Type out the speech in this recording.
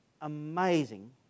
amazing